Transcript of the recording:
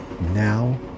now